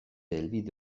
helbide